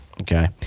Okay